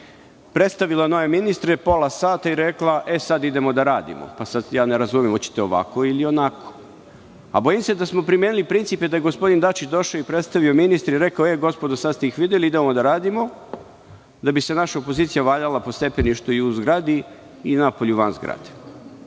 predstavila nove ministre pola sata i rekla – e, sad idemo da radimo.“ Ne razumem, hoćete li ovako ili onako? Bojim se da smo primenili princip i da je gospodin Dačić došao i predstavio ministre i rekao – e, gospodo, sada ste ih videli, idemo da radimo, naša opozicija bi se valjala po stepeništu i u zgradi i napolju van zgrade. Da